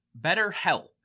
BetterHelp